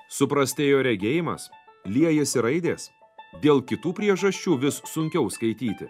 suprastėjo regėjimas liejasi raidės dėl kitų priežasčių vis sunkiau skaityti